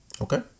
Okay